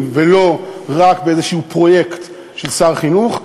ולא רק באיזה "פרויקט של שר החינוך",